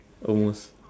almost